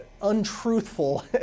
untruthful